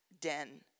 den